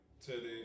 today